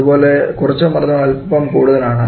അതു പോലെ കുറച്ച മർദ്ദം അൽപം കൂടുതലാണ്